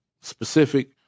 specific